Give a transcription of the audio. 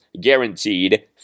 guaranteed